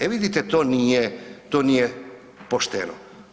E vidite to nije pošteno.